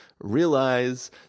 realize